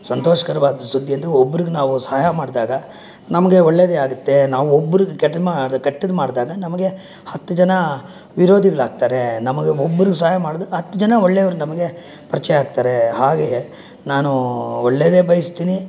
ಸಂತೋಷಕರವಾದ ಸುದ್ದಿಯೆಂದ್ರೆ ಒಬ್ರಿಗೆ ನಾವು ಸಹಾಯ ಮಾಡಿದಾಗ ನಮಗೆ ಒಳ್ಳೆದೇ ಆಗುತ್ತೆ ನಾವು ಒಬ್ಬರಿಗೆ ಕೆಟ್ಟ ಮಾಡಿ ಕೆಟ್ಟದ್ದು ಮಾಡಿದಾಗ ನಮಗೆ ಹತ್ತು ಜನ ವಿರೋಧಿಗಳಾಗ್ತಾರೆ ನಮಗೆ ಒಬ್ರಿಗೆ ಸಹಾಯ ಮಾಡಿದಾಗ ಹತ್ತು ಜನ ಒಳ್ಳೆಯವರು ನಮಗೆ ಪರಿಚಯ ಆಗ್ತಾರೆ ಹಾಗೆಯೇ ನಾನು ಒಳ್ಳೇದೆ ಬಯಸ್ತೀನಿ